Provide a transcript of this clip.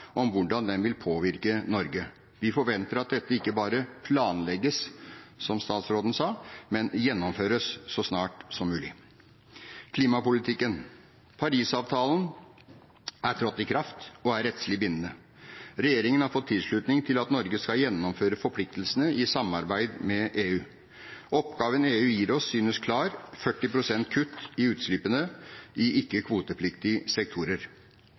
om hvordan den vil påvirke Norge. Vi forventer at dette ikke bare planlegges, som statsråden sa, men gjennomføres så snart som mulig. Klimapolitikken: Paris-avtalen er trådt i kraft og er rettslig bindende. Regjeringen har fått tilslutning til at Norge skal gjennomføre forpliktelsene i samarbeid med EU. Oppgaven EU gir oss, synes klar: 40 pst. kutt i utslippene i